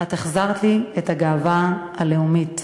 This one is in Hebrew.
את החזרת לי את הגאווה הלאומית,